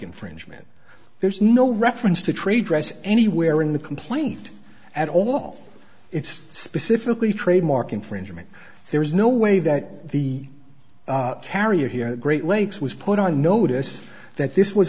infringement there's no reference to trade anywhere in the complaint at all it's specifically trademark infringement there is no way that the carrier here the great lakes was put on notice that this was